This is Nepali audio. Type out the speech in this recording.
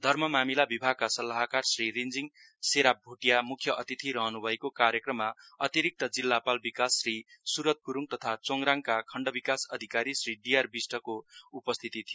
धर्म मामिला विभागका सल्लाहकार श्री रिनजिङ सेराप भोटिया म्ख्य अतिथि रहन्भएको कार्यक्रममा अतिरिक्त जिल्लापाल विकास श्री सुरत गुरुङ चोङराङका खण्ड विकास अधिकारी श्री डी आर विष्ट को उपस्थिति थियो